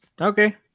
Okay